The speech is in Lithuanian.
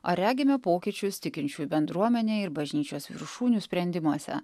ar regime pokyčius tikinčiųjų bendruomenėje ir bažnyčios viršūnių sprendimuose